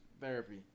therapy